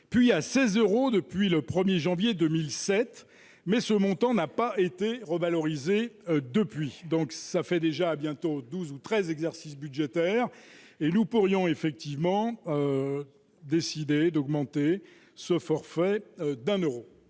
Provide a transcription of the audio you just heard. puis à 16 euros de. Depuis le 1er janvier 2007 mais ce montant n'a pas été revalorisée depuis donc ça fait déjà à bientôt 12 ou 13 exercice budgétaire et nous pourrions effectivement décidé d'augmenter ce forfait d'un Euro,